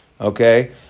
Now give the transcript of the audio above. okay